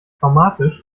traumatisch